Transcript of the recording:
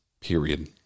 Period